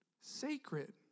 sacred